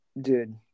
Dude